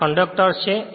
આ કંડક્ટર્સ છે